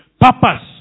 purpose